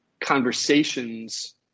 conversations